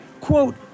quote